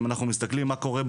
ואם אנחנו מסתכלים מה קורה בעולם,